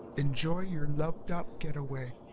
enjoy your loved up getaway,